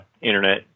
internet